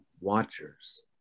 watchers